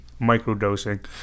microdosing